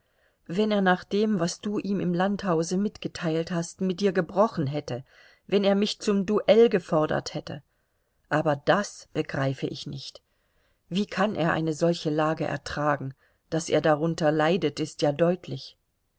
wenn er nach dem was du ihm im landhause mitgeteilt hast mit dir gebrochen hätte wenn er mich zum duell gefordert hätte aber das begreife ich nicht wie kann er eine solche lage ertragen daß er darunter leidet ist ja deutlich